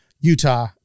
Utah